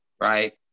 right